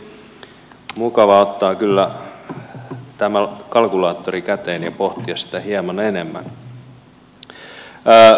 olisi mukava ottaa kalkulaattori käteen ja pohtia sitä hieman enemmän